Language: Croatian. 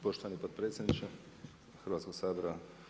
Poštovani potpredsjedniče Hrvatskog sabora.